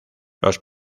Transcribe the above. los